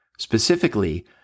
Specifically